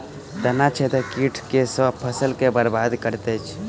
तना छेदक कीट केँ सँ फसल केँ बरबाद करैत अछि?